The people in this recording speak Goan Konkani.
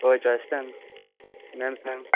होय जॉयस्टन मॅम सांग